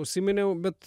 užsiminiau bet